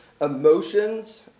emotions